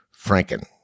franken